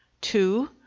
Two